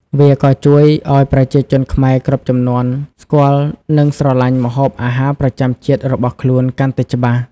វាក៏ជួយឱ្យប្រជាជនខ្មែរគ្រប់ជំនាន់ ស្គាល់និងស្រឡាញ់ម្ហូបអាហារប្រចាំជាតិរបស់ខ្លួនកាន់តែច្បាស់។